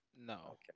No